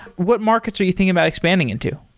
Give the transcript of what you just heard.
what markets are you thinking about expanding into?